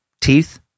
teeth